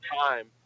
time